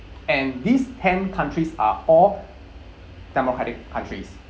and these ten countries are all democratic countries